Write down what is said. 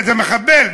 זה מחבל.